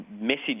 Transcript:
message